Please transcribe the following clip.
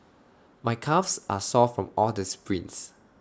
my calves are sore from all the sprints